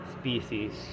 species